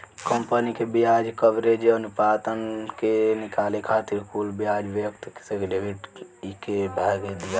company के ब्याज coverage अनुपात के निकाले खातिर कुल ब्याज व्यय से ईबिट के भाग दियाला